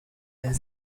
and